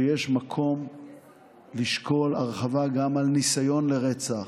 שיש מקום לשקול הרחבה גם לניסיון לרצח,